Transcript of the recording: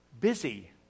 busy